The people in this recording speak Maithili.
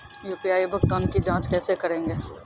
यु.पी.आई भुगतान की जाँच कैसे करेंगे?